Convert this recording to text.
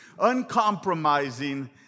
uncompromising